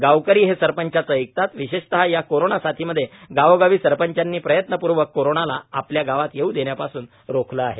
गावकरी हे सरपंचांचे ऐकतात विशेषत या कोरोना साथीमध्ये गावोगावी सरपंचांनी प्रयत्नपूर्वक कोरोनाला आपल्या गावात येऊ देण्यापासून रोखले आहे